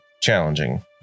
challenging